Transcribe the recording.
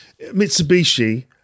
Mitsubishi